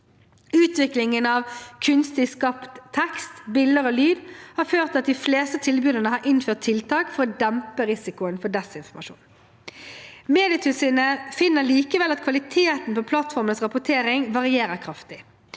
Utviklingen av kunstig skapt tekst, bilde og lyd har ført til at de fleste tilbyderne har innført tiltak for å dempe risikoen for desinformasjon. Medietilsynet finner likevel at kvaliteten på plattformenes rapportering varierer kraftig.